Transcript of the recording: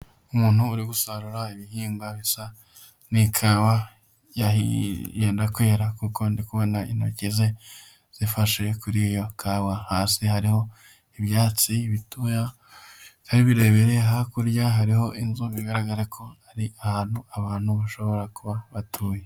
Umuntu uri gusarura ibihingwa bisa n'ikawa, yenda kwera, kuko ndi kubona intoki ze zifashe kuri iyo kawa. Hasi hariho ibyatsi bitoya, bitari birebire, hakurya hariho inzu bigaragara ko ari ahantu abantu bashobora kuba batuye.